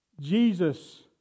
Jesus